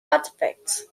artifacts